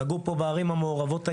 נגעו פה בערים המעורבות.